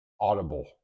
audible